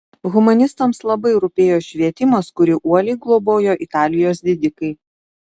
humanistams labai rūpėjo švietimas kurį uoliai globojo italijos didikai